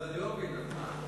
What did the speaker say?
אני לא מבין, אז מה?